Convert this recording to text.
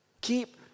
keep